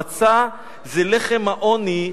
המצה זה לחם העוני,